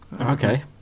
Okay